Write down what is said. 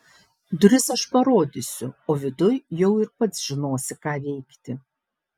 duris aš parodysiu o viduj jau ir pats žinosi ką veikti